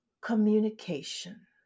communication